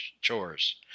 chores